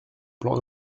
plan